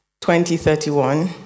2031